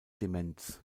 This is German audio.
demenz